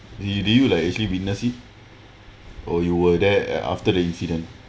you do you like actually witness it or you were there after the incident